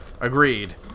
Agreed